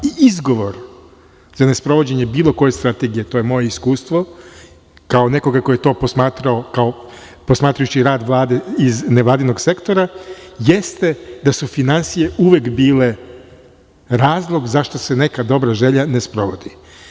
I izgovor za ne sprovođenje bilo koje strategije, to je moje iskustvo, kao nekoga ko je to posmatrao, posmatrajući rad Vlade iz nevladinog sektora, jeste da su finansije uvek bile razlog zašto se neka dobra želja ne sprovodi.